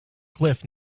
cliff